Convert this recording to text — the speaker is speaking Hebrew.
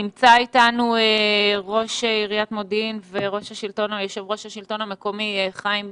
נמצא אתנו ראש עיריית מודיעין ויושב ראש השלטון המקומי חיים ביבס.